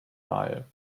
tyre